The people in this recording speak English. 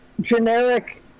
generic